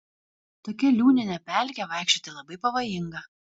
tokia liūnine pelke vaikščioti labai pavojinga